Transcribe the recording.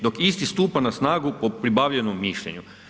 Dok isti stupa na snagu po pribavljenom mišljenju.